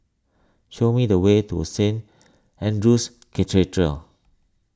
show me the way to Saint andrew's Cathedral